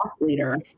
leader